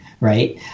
right